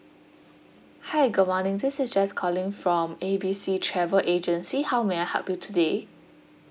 hi good morning this is jess calling from A B C travel agency how may I help you today